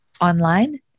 online